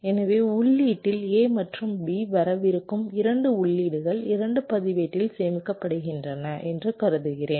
எனவே உள்ளீட்டில் A மற்றும் B வரவிருக்கும் 2 உள்ளீடுகள் 2 பதிவேட்டில் சேமிக்கப்படுகின்றன என்று கருதுகிறேன்